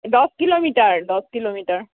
দহ কিলোমিটাৰ দহ কিলোমিটাৰ